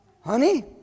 Honey